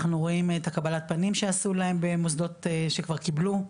אנחנו רואים את קבלת הפנים שעשו להם במוסדות שכבר קיבלו,